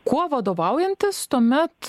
kuo vadovaujantis tuomet